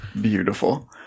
Beautiful